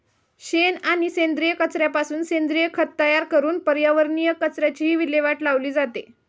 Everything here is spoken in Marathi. शेण आणि सेंद्रिय कचऱ्यापासून सेंद्रिय खत तयार करून पर्यावरणीय कचऱ्याचीही विल्हेवाट लावली जाते